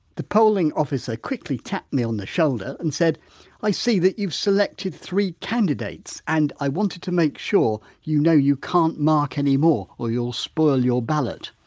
the polling officer quickly tapped me on the shoulder and said i see that you've selected three candidates and i wanted to make sure you know you can't mark anymore or you'll spoil your ballot.